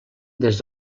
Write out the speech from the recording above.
des